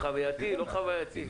חווייתי או לא חווייתי.